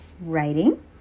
Writing